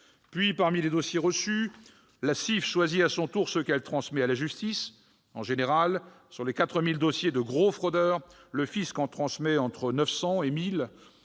Puis, parmi les dossiers reçus, la CIF choisit à son tour ceux qu'elle transmet à la justice. En général, sur les 4 000 dossiers de gros fraudeurs, le fisc en transmet entre 900 et 1 000